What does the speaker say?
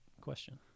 question